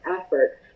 effort